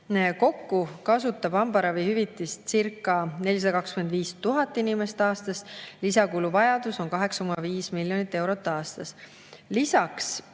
Kokku kasutab hambaravihüvitistcirca425 000 inimest aastas. Lisavajadus on 8,5 miljonit eurot aastas. Lisaks